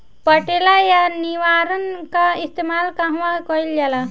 पटेला या निरावन का इस्तेमाल कहवा कइल जाला?